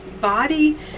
body